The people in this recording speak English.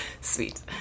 Sweet